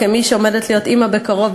כמי שעומדת להיות אימא בקרוב,